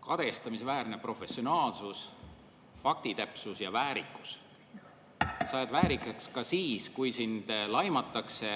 Kadestamisväärne professionaalsus, faktitäpsus ja väärikus! Sa jääd väärikaks ka siis, kui sind laimatakse